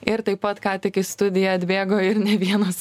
ir taip pat ką tik į studiją atbėgo ir ne vienas